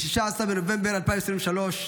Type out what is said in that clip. ב-16 בנובמבר 2023,